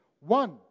One